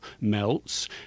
melts